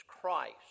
Christ